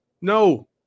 no